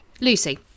Lucy